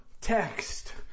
text